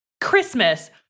Christmas